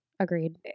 Agreed